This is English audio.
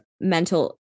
mental